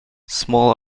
small